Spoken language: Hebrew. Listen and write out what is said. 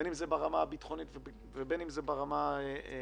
בין אם זה ברמה הביטחונית ובין אם זה ברמה הרפואית,